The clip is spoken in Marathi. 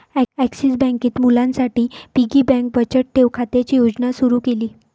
ॲक्सिस बँकेत मुलांसाठी पिगी बँक बचत ठेव खात्याची योजना सुरू केली